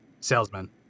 salesman